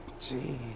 Jeez